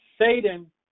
Satan